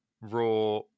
raw